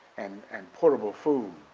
and and portable food,